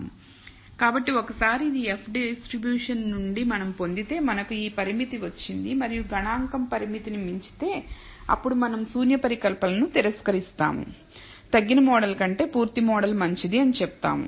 కాబట్టి ఒకసారి ఇది F డిస్ట్రిబ్యూషన్ నుండి మనం పొందితే మనకు ఈ పరిమితి వచ్చింది మరియు గణాంకం పరిమితిని మించితే అప్పుడు మనం శూన్య పరికల్పనను తిరస్కరిస్తాము తగ్గిన మోడల్ కంటే పూర్తి మోడల్ మంచిది అని చెప్తాము